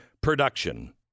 production